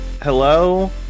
Hello